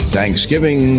Thanksgiving